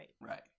right